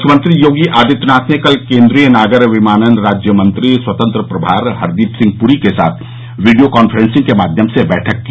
मुख्यमंत्री योगी आदित्यनाथ ने कल केन्द्रीय नागर विमानन राज्य मंत्री स्वतंत्र प्रभार हरदीप सिंह पूरी के साथ वीडियो कांफ्रेंसिंग के माध्यम से बैठक की